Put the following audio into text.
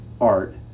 art